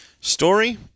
Story